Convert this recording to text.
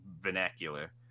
vernacular